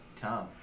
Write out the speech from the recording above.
Tom